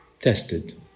tested